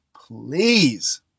please